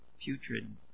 putrid